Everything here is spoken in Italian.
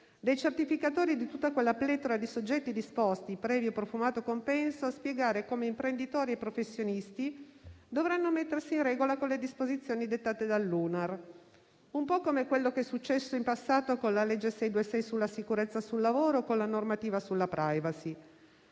dei certificatori di tutta quella pletora di soggetti disposti, previo profumato compenso, a spiegare come imprenditori e professionisti dovranno mettersi in regola con le disposizioni dettate dall'UNAR, un po' come quello che è successo in passato con la legge n. 626 sulla sicurezza sul lavoro e con la normativa sulla *privacy*.